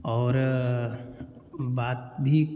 और बात भी